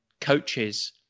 coaches